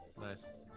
Nice